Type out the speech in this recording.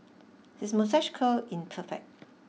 his moustache curl in perfect